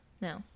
No